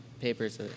papers